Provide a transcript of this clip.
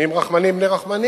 הם נהיים רחמנים בני רחמנים,